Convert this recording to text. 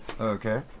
okay